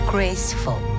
Graceful